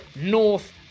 North